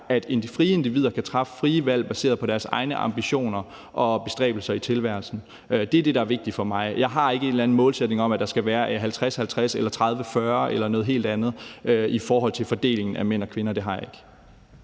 at frie individer kan træffe frie valg baseret på deres egne ambitioner og bestræbelser i tilværelsen. Det er det, der er vigtigt for mig. Jeg har ikke en eller anden målsætning om, at der skal være en fordeling på 50-50 eller 30-40 eller noget helt andet i forhold til fordelingen af mænd og kvinder; det har jeg ikke.